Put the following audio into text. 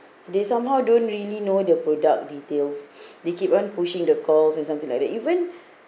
they somehow don't really know their product details they keep on pushing the calls and something like that even